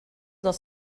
dels